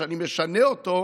שאני משנה אותו,